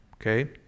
Okay